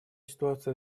ситуация